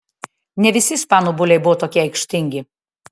ne visi ispanų buliai buvo tokie aikštingi